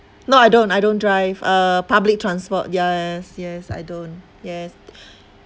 no I don't I don't drive uh public transport yeah yes I don't yes